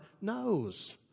knows